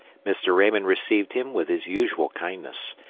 mr. raymond received him with his usual kindness,